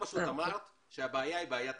אמרת שהבעיה היא בעיה תקציבית.